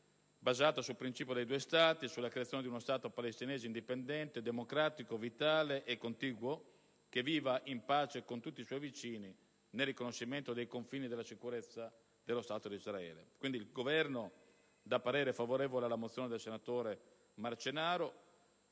basato sul principio dei due Stati e sulla creazione di uno Stato palestinese indipendente, democratico, vitale e contiguo, che viva in pace con tutti i suoi vicini, nel riconoscimento dei confini e della sicurezza dello Stato di Israele. Pertanto, il Governo esprime parere favorevole sulla mozione n. 150, presentata